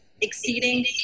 exceeding